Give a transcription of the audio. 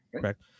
correct